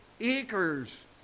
acres